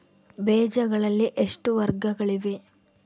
ಬೇಜಗಳಲ್ಲಿ ಎಷ್ಟು ವರ್ಗಗಳಿವೆ?